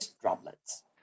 droplets